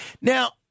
Now